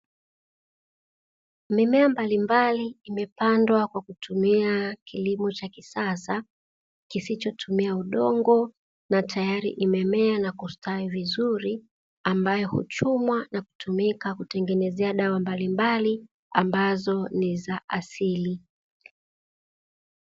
Mimea mbalimbali imepandwa kwa kutumia kilimo cha kisasa kisichotumia udongo na tayari imemea na kustawi vizuri, ambayo huchumwa na kutumika kutengenwzea dawa mbalimbali ambazo ni za asili.